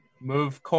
move